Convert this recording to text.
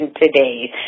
today